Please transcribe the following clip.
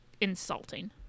insulting